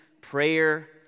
prayer